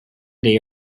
they